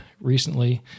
recently